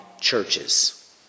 churches